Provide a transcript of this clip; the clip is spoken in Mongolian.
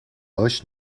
хойш